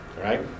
right